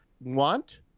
want